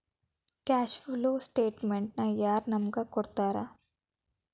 Cash flow ಸ್ಟೆಟಮೆನ್ಟನ ಯಾರ್ ನಮಗ್ ಕೊಡ್ತಾರ?